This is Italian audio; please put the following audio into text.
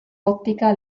ottica